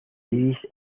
iris